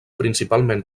principalment